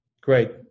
Great